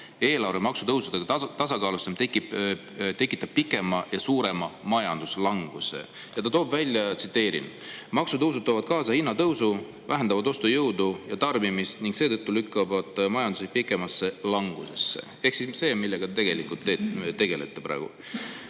eelarve maksutõusudega tasakaalustamine tekitab pikema ja suurema majanduslanguse" ja ta toob välja, tsiteerin: "Maksutõusud toovad kaasa hinnatõusu, vähendavad ostujõudu ja tarbimist ning seetõttu lükkavad majanduse pikemasse langusesse." Ehk siis see, millega te tegelikult tegelete praegu.